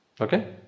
okay